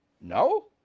No